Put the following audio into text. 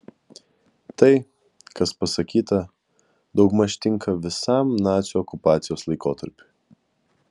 tai kas pasakyta daugmaž tinka visam nacių okupacijos laikotarpiui